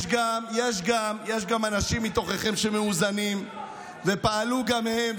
יש גם אנשים מתוככם שמאוזנים ופעלו גם הם,